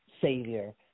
savior